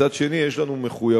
מצד שני, יש לנו מחויבות